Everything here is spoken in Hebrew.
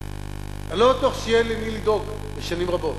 אני לא בטוח שיהיה למי לדאוג לשנים רבות,